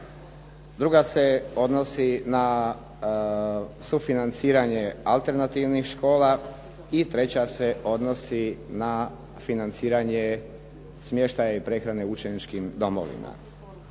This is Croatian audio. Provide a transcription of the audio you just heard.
Druga se odnosi na sufinanciranje alternativnih škola i treća se odnosi na financiranje smještaj prehrane u učeničkim domovima.